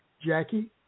Jackie